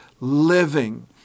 living